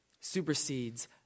supersedes